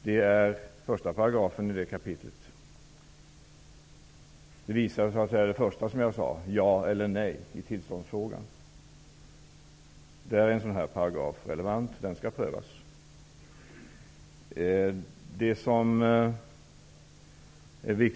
Den paragrafen visar på det jag sade först, nämligen ett ja eller nej i tillståndsfrågan. Där är en sådan paragraf relevant, dvs. frågan skall prövas.